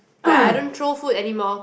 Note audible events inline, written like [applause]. [noise]